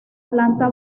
planta